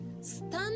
Stand